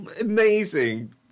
amazing